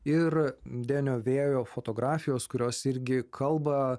ir denio vėjo fotografijos kurios irgi kalba